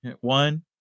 One